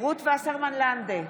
רות וסרמן לנדה,